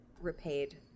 repaid